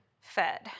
Fed